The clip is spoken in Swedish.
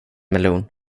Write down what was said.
melon